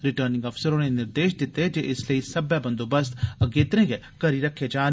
returning अफसर होरें निर्देश दित्ते जे इस लेई सब्बै बंदोबस्त अगेत्रे गै करियै रक्खे जान